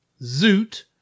Zoot